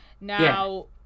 Now